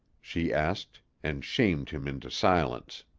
she asked, and shamed him into silence.